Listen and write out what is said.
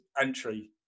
entry